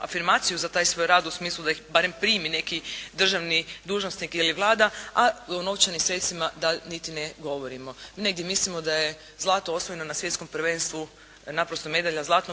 afirmaciju za taj svoj rad u smislu da ih barem primi neki državni dužnosnik ili Vlada a o novčanim sredstvima da niti ne govorimo. Negdje mislimo da je zlato osvojeno na svjetskom prvenstvu naprosto medalja zlatnog